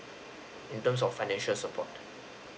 in terms of financial support